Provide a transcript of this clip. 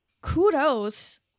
kudos